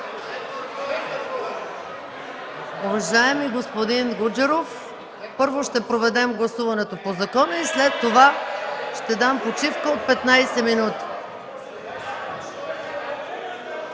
Уважаеми господин Гуджеров, първо ще проведем гласуването по закона и след това ще дам почивка от 15 минути.